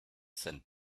sand